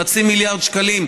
חצי מיליארד שקלים,